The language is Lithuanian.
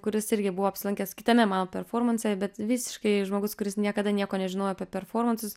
kuris irgi buvo apsilankęs kitame mano performanse bet visiškai žmogus kuris niekada nieko nežinojo apie performansus